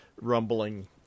rumbling